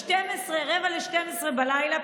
ב-23:45,